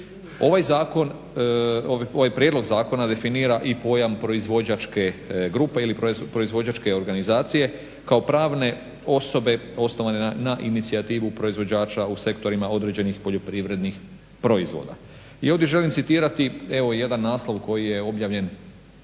ovaj prijedlog zakona definira i pojam proizvođačke grupe ili proizvođačke organizacije kao pravne osobe osnovane na inicijativu proizvođača u sektorima određenih poljoprivrednih proizvoda. I ovdje želim citirati evo jedan naslov koji je objavljen